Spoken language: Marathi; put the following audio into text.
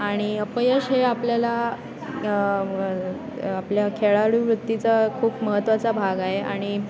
आणि अपयश हे आपल्याला आपल्या खेळाडूवृत्तीचा खूप महत्त्वाचा भाग आहे आणि